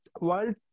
World